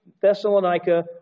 Thessalonica